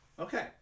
Okay